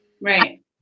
Right